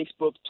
Facebook